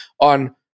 on